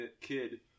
kid